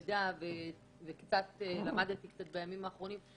האלה שצורכים את המוצרים האלה.